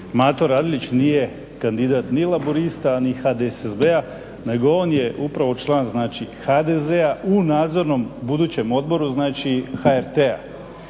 Mato Radeljić nije kandidat ni Laburista ni HDSSB-a nego on je upravo član znači HDZ-a u budućem Nadzornom odboru HRT-a.